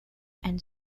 and